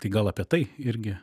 tai gal apie tai irgi